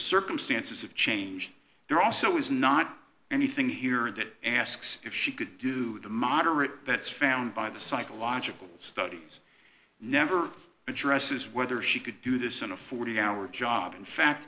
circumstances have changed there also is not anything here that asks if she could do the moderate that's found by the psychological studies never addresses whether she could do this in a forty hour job in fact